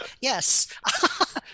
Yes